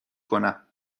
کنم